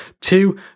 Two